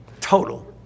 total